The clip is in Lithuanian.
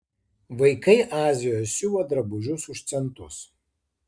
vaikai azijoje siuva drabužius už centus